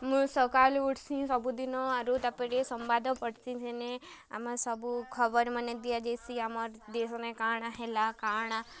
ମୁଇଁ ସକାଲୁ ଉଠ୍ସିଁ ସବୁଦିନ ଆରୁ ତା'ର୍ପରେ ସମ୍ବାଦ ପଢ଼ସିଁ ସେନେ ଆମର୍ ସବୁ ଖବର୍ ମାନେ ଦିଆଯାଏସି ଆମର୍ ଦେଶ୍ନେ କା'ଣା ହେଲା କା'ଣା